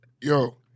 yo